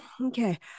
Okay